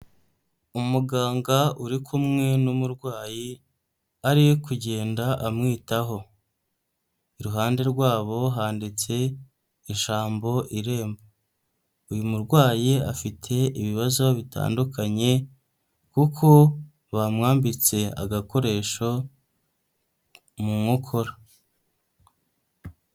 Umuganga uri kumwe n'umurwayi, ari kugenda amwitaho, iruhande rwabo handitse ijambo irembo, uyu murwayi afite ibibazo bitandukanye kuko bamwambitse agakoresho mu nkokora.